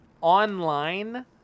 online